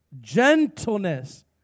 gentleness